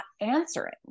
answering